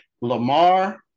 Lamar